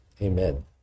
Amen